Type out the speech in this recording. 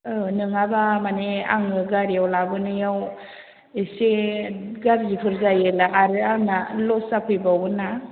औ नङाबा माने आङो गारियाव लाबोनायाव एसे गाज्रिफोर जायोब्ला आरो आंना लस जाफैबावगोनना